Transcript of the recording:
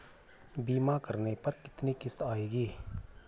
बीमा करने पर कितनी किश्त आएगी?